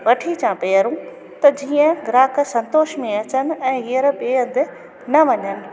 वठी अचा पैरूं त जीअं ग्राहक संतोष में अचनि ऐं हीअंर ॿे हंधि न वञनि